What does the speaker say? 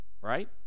right